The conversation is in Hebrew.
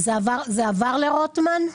זה עבר לרוטמן?